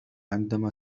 عندما